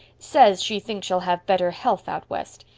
says she thinks she'll have better health out west.